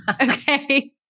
Okay